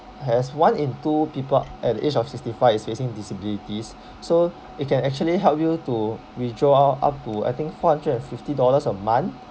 as one in two people at age of sixty five is facing disabilities so it can actually help you to withdraw out up to I think four hundred and fifty dollars a month